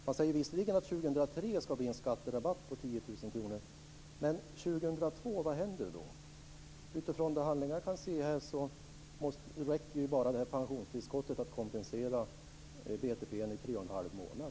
Man säger visserligen att det 2003 ska bli en skatterabatt på 10 000 kr. Men vad händer under 2002? Utifrån de handlingar som jag har kan jag se att det pensionstillskottet bara räcker till att kompensera BTP:n i tre och en halv månad.